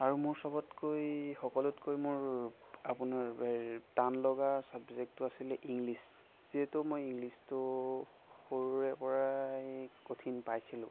আৰু মোৰ চবতকৈ সকলোতকৈ মোৰ আপোনাৰ হেৰি টান লগা ছাবজেক্টটো আছিলে ইংলিছ যিহেতু মই ইংলিছটো সৰুৰে পৰাই কঠিন পাইছিলোঁ